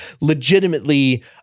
legitimately